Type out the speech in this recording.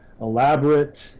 elaborate